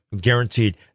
guaranteed